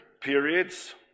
periods